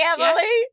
Emily